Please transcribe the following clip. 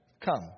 Come